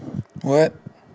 what